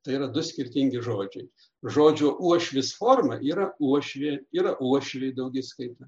tai yra du skirtingi žodžiai žodžio uošvis forma yra uošvė yra uošviai daugiskaita